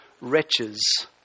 wretches